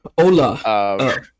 Hola